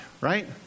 right